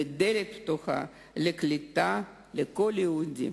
ודלת פתוחה לקליטה של כל יהודי.